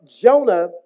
Jonah